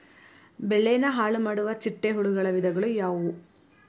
ಬೆಳೆನ ಹಾಳುಮಾಡುವ ಚಿಟ್ಟೆ ಹುಳುಗಳ ವಿಧಗಳು ಯಾವವು?